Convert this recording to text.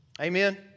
Amen